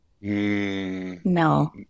No